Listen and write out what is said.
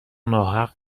ناحق